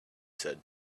said